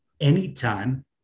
anytime